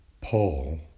Paul